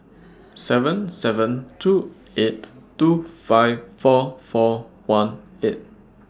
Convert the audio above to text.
seven seven two eight two five four four one eight